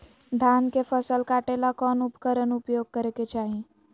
धान के फसल काटे ला कौन उपकरण उपयोग करे के चाही?